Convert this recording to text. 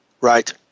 Right